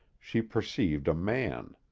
she perceived a man.